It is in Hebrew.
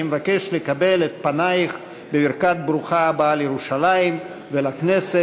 אני מבקש לקבל את פנייך בברכת ברוכה הבאה לירושלים ולכנסת.